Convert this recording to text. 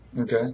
okay